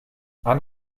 han